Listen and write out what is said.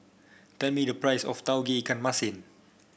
tell me the price of Tauge Ikan Masin